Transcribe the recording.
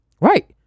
Right